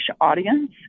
audience